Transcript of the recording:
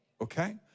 okay